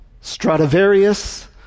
Stradivarius